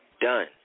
done